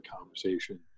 conversation